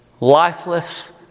lifeless